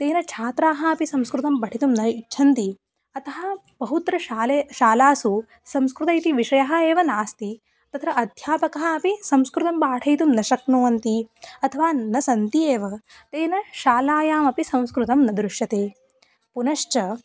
तेन छात्राः अपि संस्कृतं पठितुं न इच्छन्ति अतः बहुत्र शालासु शालासु संस्कृतम् इति विषयः एव नास्ति तत्र अध्यापकाः अपि संस्कृतं पाठयितुं न शक्नुवन्ति अथवा न सन्ति एव तेन शालायामपि संस्कृतं न दृश्यते पुनश्च